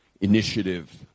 initiative